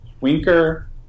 Winker